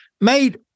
Made